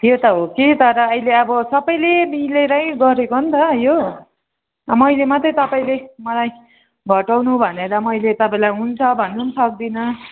त्यो त हो कि तर अहिले अब सबैले मिलेरै गरेको हो नि त यो मैले मात्रै तपाईँले मलाई घटाउनु भनेर मैले तपाईँलाई हुन्छ भन्नु हनि सक्दिनँ